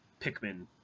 Pikmin